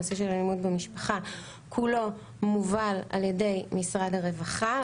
הנושא של אלימות במשפחה כולו מובל על ידי משרד הרווחה,